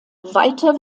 weiter